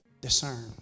discern